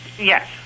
Yes